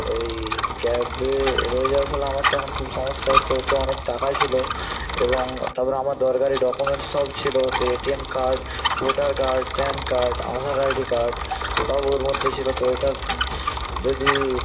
ওই ক্যাবে রয়ে যাওয়ার ফলে আমার তো এখন খুব সমস্যা হচ্ছে ওতে অনেক টাকা ছিল এবং তারপরে আমার দরকারি ডকুমেন্টস সব ছিল যে ATM card voter card PAN card Aadhaar ID card সব ওর মধ্যে ছিল তো এটা যদি